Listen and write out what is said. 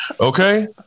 okay